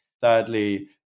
Thirdly